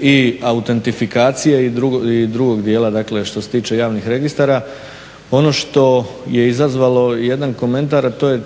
i autentifikacije i drugog dijela, dakle što se tiče javnih registara. Ono što je izazvalo jedan komentar, a to je